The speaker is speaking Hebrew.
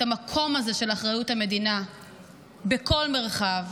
המקום הזה של אחריות המדינה בכל מרחב,